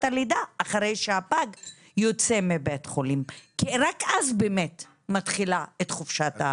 הלידה אחרי שהפג יוצא מבית החולים כי רק אז באמת היא מתחילה את החופשה.